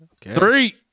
Three